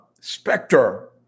specter